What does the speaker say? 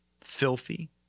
Filthy